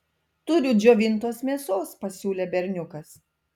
turiu džiovintos mėsos pasiūlė berniukas